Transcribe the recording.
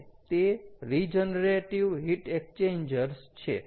અને તે regenerative heat exchangers છે